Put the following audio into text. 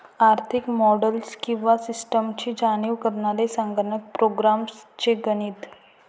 आर्थिक मॉडेल्स किंवा सिस्टम्सची जाणीव करणारे संगणक प्रोग्राम्स चे गणित